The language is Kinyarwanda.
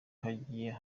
hagiye